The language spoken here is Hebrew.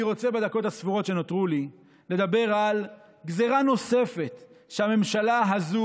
אני רוצה בדקות הספורות שנותרו לי לדבר על גזרה נוספת שהממשלה הזאת,